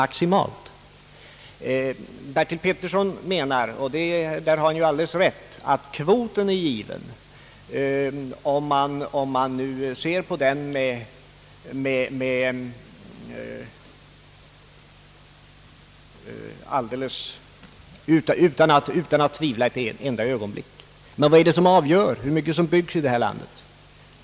Herr Petersson menar — och däri har han alldeles rätt — att kvoten är mer eller mindre given. Men vad är det som avgör hur mycket som byggs i detta land?